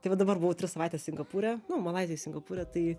tai va dabar buvau tris savaites singapūre nu malaizijoj singapūre tai